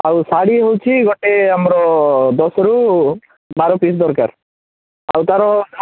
ଆଉ ଶାଢ଼ୀ ହଉଛି ଗୋଟିଏ ଆମର ଦଶରୁ ବାର ପିସ୍ ଦରକାର ଆଉ ତାର